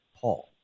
Paul